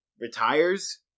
retires